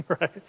right